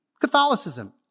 Catholicism